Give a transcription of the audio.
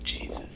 Jesus